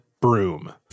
broom